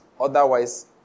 Otherwise